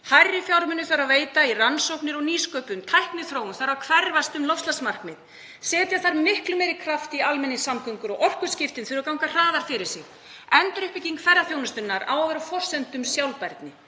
Meiri fjármuni þarf að veita í rannsóknir og nýsköpun. Tækniþróun þarf að hverfast um loftslagsmarkmið. Setja þarf miklu meiri kraft í almenningssamgöngur og orkuskiptin þurfa að ganga hraðar fyrir sig. Enduruppbygging ferðaþjónustunnar á að vera á forsendum sjálfbærni.